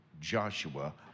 Joshua